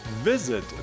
Visit